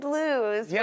lose